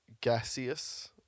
gaseous